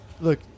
Look